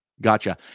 Gotcha